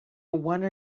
wonder